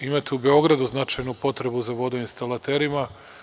Imate u Beogradu značajnu potrebu za vodoinstalaterima.